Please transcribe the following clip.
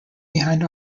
behind